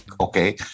okay